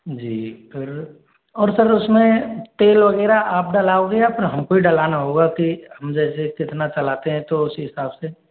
जी फिर और सर उसमें तेल वगैरह आप डलाओगे या फिर पर हमको ही डलाना होगा कि हम जैसे कितना चलाते हैं तो उस हिसाब से